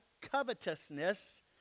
covetousness